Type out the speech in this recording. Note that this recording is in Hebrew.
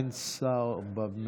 אין שר במליאה?